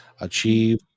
achieve